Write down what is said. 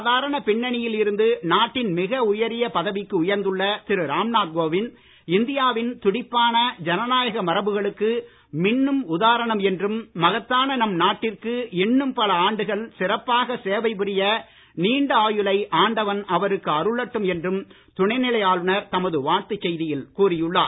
சாதாரண பின்னணியில் இருந்து நாட்டின் மிக உயரிய பதவிக்கு உயர்ந்துள்ள திரு ராம்நாத் கோவிந்த் இந்தியாவின் துடிப்பான ஜனநாயக மரபுகளுக்கு மின்னும் உதாரணம் என்றும் மகத்தான நம் நாட்டிற்கு இன்னும் பல ஆண்டுகள் சிறப்பாக சேவை புரிய நீண்ட ஆயுளை ஆண்டவன் அவருக்கு அருளட்டும் என்றும் துணை நிலை ஆளுநர் தமது வாழ்த்துச் செய்தியில் கூறி உள்ளார்